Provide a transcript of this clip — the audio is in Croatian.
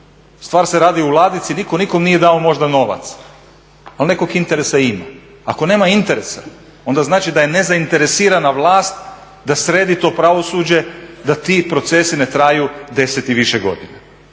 Stvar se radi u ladici, nitko nikom nije dao možda novac ali nekog interesa ima. Ako nema interesa onda znači da je nezainteresirana vlast da sredi to pravosuđe da ti procesi ne traju 10 i više godina.